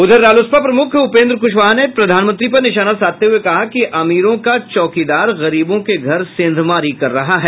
उधर रालोसपा प्रमुख उपेंद्र कुशवाहा ने प्रधानमंत्री पर निशाना साधते हुये कहा कि अमीरों का चौकीदार गरीबों के घर सेंधमारी कर रहा है